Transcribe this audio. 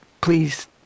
please